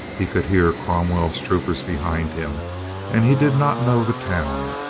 he could hear cromwell's troopers behind him and he did not know the town.